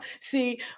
See